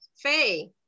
Faye